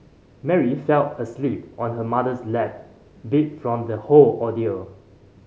Mary fell asleep on her mother's lap beat from the whole ordeal